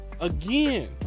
Again